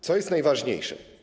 Co jest najważniejsze?